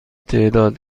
تعداد